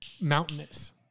mountainous